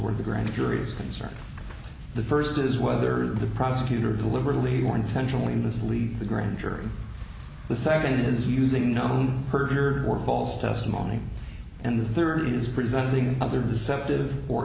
where the grand jury is concerned the first is whether the prosecutor deliberately or intentionally mislead the grand jury the second is using known perjure or false testimony and the third is presenting other deceptive or